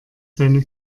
seine